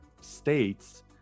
states